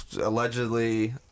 Allegedly